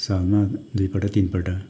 सालमा दुइपल्ट तिनपल्ट